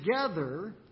together